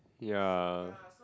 yeah